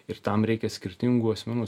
ir tam reikia skirtingų asmenų